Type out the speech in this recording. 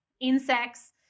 insects